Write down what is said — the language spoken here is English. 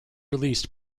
released